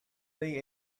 they